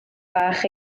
fach